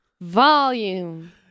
Volume